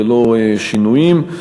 ללא שינויים.